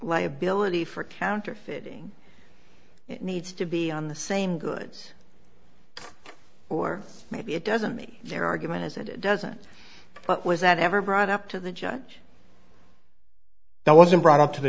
liability for counterfeiting it needs to be on the same goods or maybe it doesn't mean their argument is it doesn't but was that ever brought up to the judge that wasn't brought up to the